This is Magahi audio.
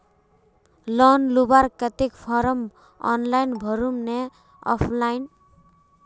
लोन लुबार केते फारम ऑनलाइन भरुम ने ऑफलाइन?